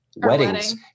Weddings